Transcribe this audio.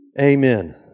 Amen